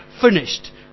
Finished